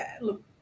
Look